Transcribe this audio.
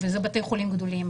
ואלה בתי החולים הגדולים.